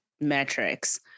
metrics